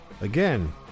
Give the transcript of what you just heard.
again